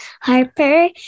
Harper